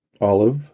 olive